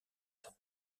temps